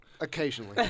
occasionally